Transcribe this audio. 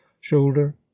shoulder